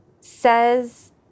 says